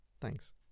thanks